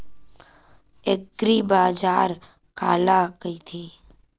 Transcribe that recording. एग्रीबाजार काला कइथे?